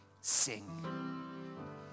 sing